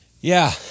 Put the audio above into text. Yeah